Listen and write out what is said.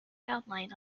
outline